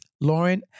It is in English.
Lauren